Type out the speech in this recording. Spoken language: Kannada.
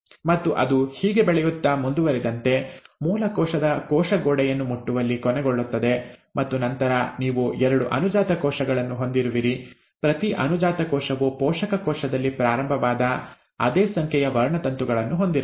ಮತ್ತು ಅದು ಹೀಗೆ ಬೆಳೆಯುತ್ತ ಮುಂದುವರಿದಂತೆ ಮೂಲ ಕೋಶದ ಕೋಶ ಗೋಡೆಯನ್ನು ಮುಟ್ಟುವಲ್ಲಿ ಕೊನೆಗೊಳ್ಳುತ್ತದೆ ಮತ್ತು ನಂತರ ನೀವು ಎರಡು ಅನುಜಾತ ಕೋಶಗಳನ್ನು ಹೊಂದಿರುವಿರಿ ಪ್ರತಿ ಅನುಜಾತ ಕೋಶವು ಪೋಷಕ ಕೋಶದಲ್ಲಿ ಪ್ರಾರಂಭವಾದ ಅದೇ ಸಂಖ್ಯೆಯ ವರ್ಣತಂತುಗಳನ್ನು ಹೊಂದಿರುತ್ತದೆ